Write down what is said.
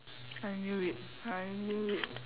I knew it I knew it